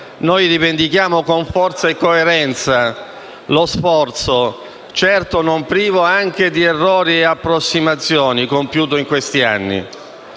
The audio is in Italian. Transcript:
noi rivendichiamo con forza e coerenza lo sforzo, certo non privo anche di errori e approssimazioni, compiuto in questi anni: